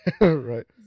right